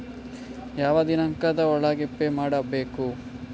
ಯಾವ ದಿನಾಂಕದ ಒಳಗೆ ಪೇ ಮಾಡಬೇಕು?